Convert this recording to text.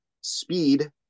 speed